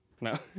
no